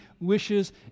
wishes